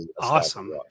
Awesome